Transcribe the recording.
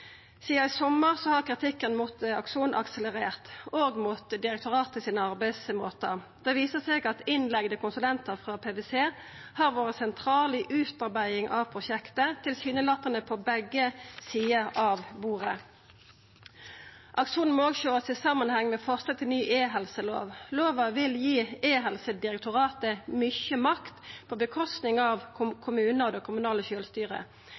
Sidan i sommar har kritikken mot Akson akselerert, òg mot arbeidsmåten til direktoratet. Det viser seg at innleigde konsulentar frå PwC har vore sentrale i utarbeidinga av prosjektet, tilsynelatande på begge sider av bordet. Akson må òg sjåast i samanheng med forslaget til ny e-helselov. Lova vil gi e-helse-direktoratet mykje makt på kostnad av kommunane og det kommunale sjølvstyret.